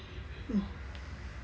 mm